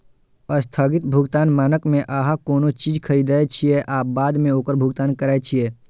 स्थगित भुगतान मानक मे अहां कोनो चीज खरीदै छियै आ बाद मे ओकर भुगतान करै छियै